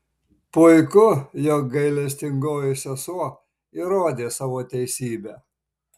puiku jog gailestingoji sesuo įrodė savo teisybę